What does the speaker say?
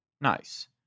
Nice